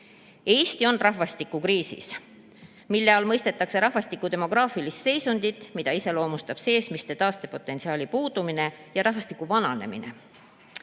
Eesti on rahvastikukriisis, selle all mõistetakse rahvastiku demograafilist seisundit, mida iseloomustab seesmise taastepotentsiaali puudumine ja rahvastiku vananemine.